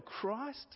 Christ